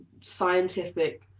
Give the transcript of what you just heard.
scientific